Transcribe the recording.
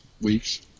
weeks